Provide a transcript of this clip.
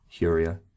Huria